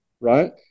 right